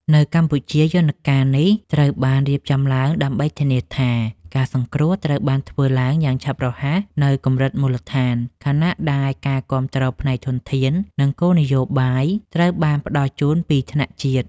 នៅកម្ពុជា យន្តការនេះត្រូវបានរៀបចំឡើងដើម្បីធានាថា ការសង្គ្រោះត្រូវបានធ្វើឡើងយ៉ាងឆាប់រហ័សនៅកម្រិតមូលដ្ឋាន ខណៈដែលការគាំទ្រផ្នែកធនធាន និងគោលនយោបាយត្រូវបានផ្ដល់ជូនពីថ្នាក់ជាតិ។